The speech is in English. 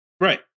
Right